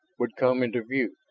would come into view,